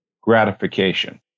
gratification